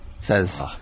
says